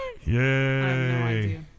Yay